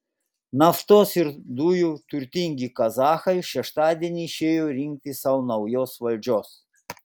naftos ir dujų turtingi kazachai šeštadienį išėjo rinkti sau naujos valdžios